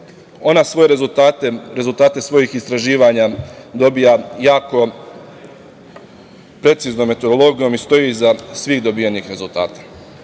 ona svoje rezultate, rezultate svojih istraživanja dobija jako preciznom metodologijom i stoji iza svih dobijenih rezultata.S